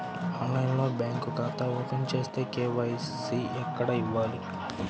ఆన్లైన్లో బ్యాంకు ఖాతా ఓపెన్ చేస్తే, కే.వై.సి ఎక్కడ ఇవ్వాలి?